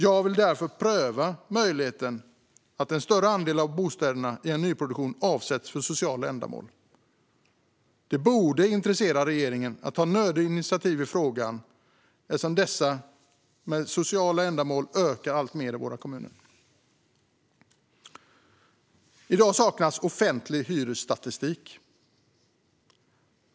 Jag vill därför pröva möjligheten att en större andel av bostäderna i en nyproduktion avsätts för sociala ändamål. Det borde intressera regeringen att ta nödvändiga initiativ i frågan, eftersom behovet av bostäder för sociala ändamål ökar i kommunerna. I dag saknas offentlig hyresstatistik.